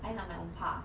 aku nak my own path